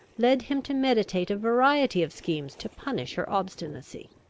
led him to meditate a variety of schemes to punish her obstinacy.